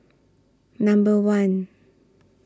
Number one